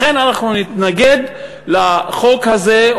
לכן אנחנו נתנגד לחוק הזה,